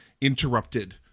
interrupted